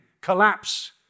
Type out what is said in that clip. collapse